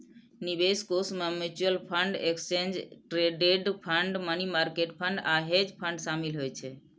निवेश कोष मे mutual fund, exchange traded fund, money market fund आ हेज फंड शामिल होइ छै